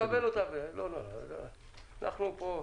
תקבל, אנחנו פה.